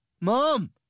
mom